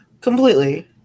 completely